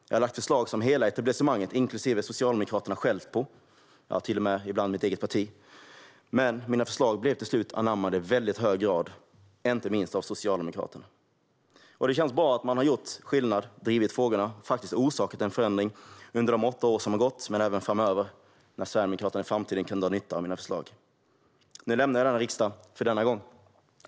Jag har lagt fram förslag som hela etablissemanget, inklusive Socialdemokraterna, har skällt på - och ibland till och med mitt eget parti - men mina förslag blev till slut anammade i väldigt hög grad, inte minst av Socialdemokraterna. Det känns bra att man har gjort skillnad, drivit frågorna och faktiskt bidragit till en förändring under de åtta år som har gått, men även framöver när Sverigedemokraterna i framtiden kan dra nytta av mina förslag. Nu lämnar jag denna riksdag för denna gång.